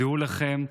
דעו לכם,